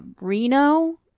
Reno